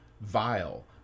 vile